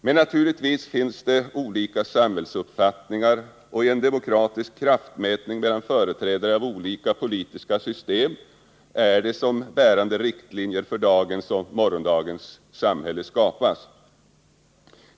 Men naturligtvis finns det olika samhällsuppfattningar, och det är i en demokratisk kraftmätning mellan företrädare för olika politiska system som bärande riktlinjer för dagens och morgondagens samhälle skapas.